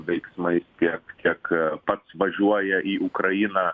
veiksmais tiek kiek pats važiuoja į ukrainą